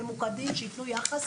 ממוקדים שיתנו יחס.